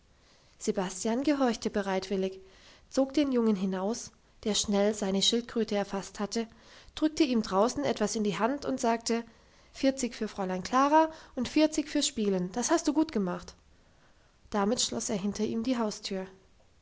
sebastian gehorchte bereitwillig zog den jungen hinaus der schnell seine schildkröte erfasst hatte drückte ihm draußen etwas in die hand und sagte vierzig für fräulein klara und vierzig fürs spielen das hast du gut gemacht damit schloss er hinter ihm die haustür